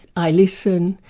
i listen,